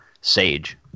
Sage